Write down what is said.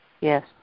Yes